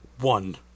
One